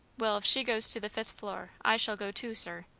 well, if she goes to the fifth floor, i shall go too, sir.